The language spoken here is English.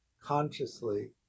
consciously